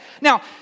Now